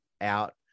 out